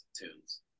tunes